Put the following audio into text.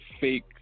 fake